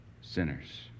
sinners